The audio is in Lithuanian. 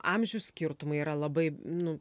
amžių skirtumai yra labai nu